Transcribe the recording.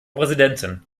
präsidentin